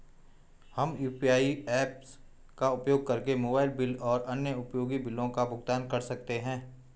हम UPI apps का उपयोग करके मोबाइल बिल और अन्य उपयोगी बिलों का भुगतान कर सकते हैं